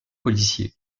policiers